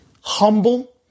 humble